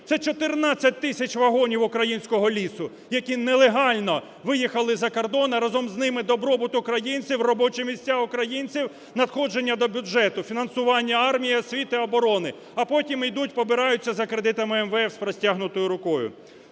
Це 14 тисяч вагонів українського лісу, які нелегально виїхали за кордон, а разом з ними добробут українців, робочі місця українців, надходження до бюджету, фінансування армії, освіти, оборони. А потім йдуть побираються за кредитами МВФ з простягнутою рукою.